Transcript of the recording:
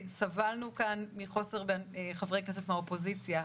סבלנו כאן בדיונים שקיימנו כאן מחוסר בחברי כנסת מהאופוזיציה.